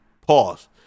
Pause